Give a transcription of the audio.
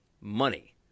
money